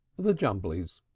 the jumblies.